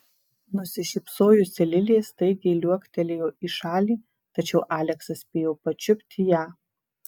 nusišypsojusi lilė staigiai liuoktelėjo į šalį tačiau aleksas spėjo pačiupti ją